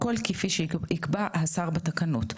הכול כפי שקבע השר בתקנות.